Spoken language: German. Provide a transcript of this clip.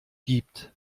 gibt